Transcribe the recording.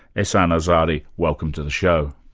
ehsan azari, welcome to the show.